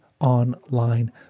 online